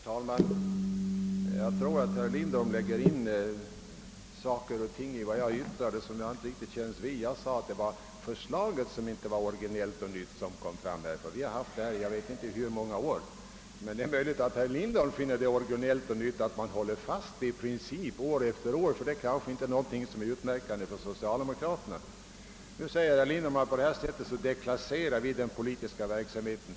Herr talman! Jag tror att herr Lindholm i vad jag yttrade lägger in saker och ting som jag inte riktigt vill kännas vid. Jag sade att det var förslaget som framlagts här som inte var originellt och nytt — vi har haft det under jag vet inte hur många år; men det är möjligt att herr Lindholm finner det originellt och nytt att man håller fast vid en princip år efter år; detta är kanske inte någonting som är särskilt utmärkande för socialdemokraterna. Nu säger herr Lindholm att vi på detta sätt deklasserar den politiska verksamheten.